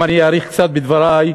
אם אני אאריך קצת בדברי,